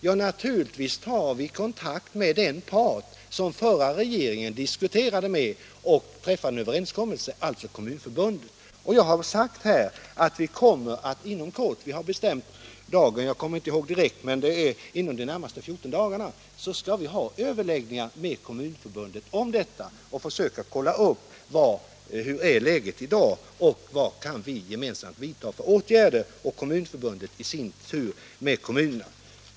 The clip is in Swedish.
Jo, naturligtvis tar vi kontakt med den part som den förra regeringen diskuterade med och träffade en överenskommelse med, alltså Kommunförbundet. Vi har bestämt tid och vi kommer att inom de närmaste 14 dagarna ha en överläggning med Kommunförbundet om detta och försöka kolla upp hur läget är och vad vi gemensamt kan vidta för åtgärder och vad Kommunförbundet i sin tur kan göra med kommunerna.